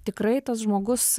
tikrai tas žmogus